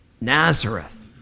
Nazareth